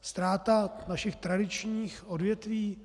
Ztráta našich tradičních odvětví?